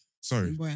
Sorry